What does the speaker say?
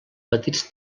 petits